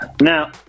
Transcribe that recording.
now